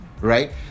right